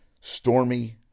Stormy